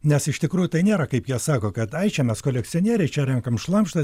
nes iš tikrųjų tai nėra kaip jie sako kad ai čia mes kolekcionieriai čia renkam šlamštą